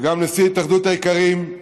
וגם נשיא התאחדות האיכרים.